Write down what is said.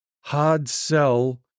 hard-sell